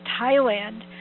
Thailand